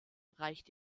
reicht